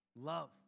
Love